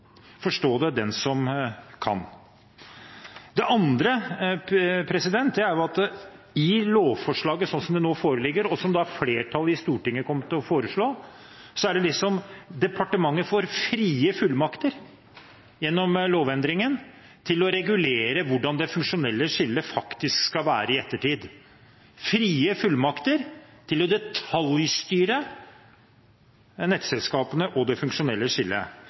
Forstå det den som kan! Det andre er at i lovforslaget sånn som det nå foreligger, og som flertallet i Stortinget foreslår, får departementet frie fullmakter gjennom lovendringen til å regulere hvordan det funksjonelle skillet faktisk skal være i ettertid, frie fullmakter til å detaljstyre nettselskapene og det funksjonelle skillet.